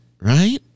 right